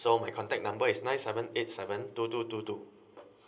so my contact number is nine seven eight seven two two two two